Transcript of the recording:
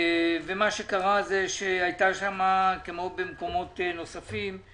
מה שקרה, הייתה שם, כמו במקומות נוספים,